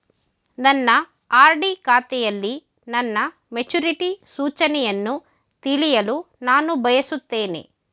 ನನ್ನ ಆರ್.ಡಿ ಖಾತೆಯಲ್ಲಿ ನನ್ನ ಮೆಚುರಿಟಿ ಸೂಚನೆಯನ್ನು ತಿಳಿಯಲು ನಾನು ಬಯಸುತ್ತೇನೆ